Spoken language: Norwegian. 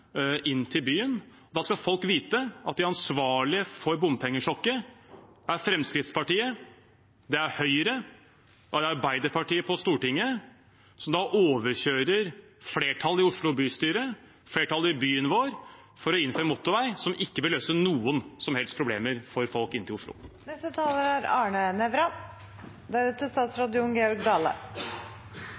inn til byen. Da skal folk vite at de ansvarlige for bompengesjokket er Fremskrittspartiet, det er Høyre, og det er Arbeiderpartiet på Stortinget, som overkjører flertallet i Oslo bystyre, flertallet i byen vår, for å bygge motorvei inn til Oslo som ikke vil løse noen som helst problemer for folk. Det var et veldig godt innlegg fra siste taler